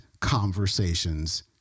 conversations